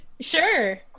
Sure